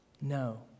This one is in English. no